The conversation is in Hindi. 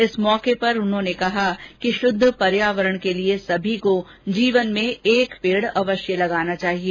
इस अवसर पर श्री कटारिया ने कहा कि शुद्ध पर्यावरण के लिए सभी को जीवन में एक पेड़ अवश्य लगाना चाहिए